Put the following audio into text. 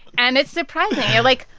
and it's surprising. you're like,